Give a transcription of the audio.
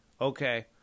Okay